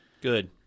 Good